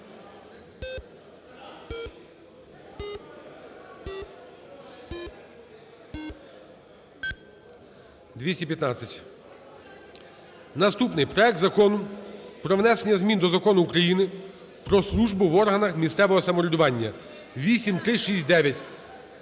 215. Наступний – проект Закону про внесення змін до Закону України "Про службу в органах місцевого самоврядування" (8369).